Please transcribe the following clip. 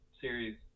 series